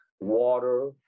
water